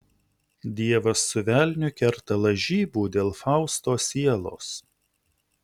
dievas su velniu kerta lažybų dėl fausto sielos